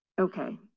Okay